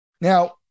Now